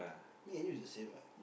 me and you is the same what